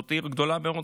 זאת הייתה עיר גדולה מאוד,